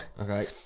Okay